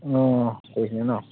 অঁ কৰিছে ন